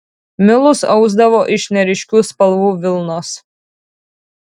milus ausdavo iš neryškių spalvų vilnos